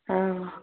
हँ